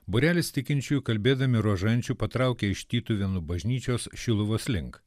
būrelis tikinčiųjų kalbėdami rožančių patraukė iš tytuvėnų bažnyčios šiluvos link